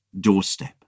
doorstep